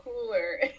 cooler